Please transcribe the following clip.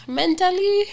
mentally